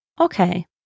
Okay